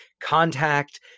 Contact –